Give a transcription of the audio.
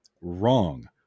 Wrong